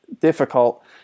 difficult